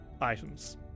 items